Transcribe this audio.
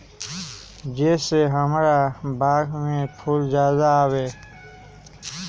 जे से हमार बाग में फुल ज्यादा आवे?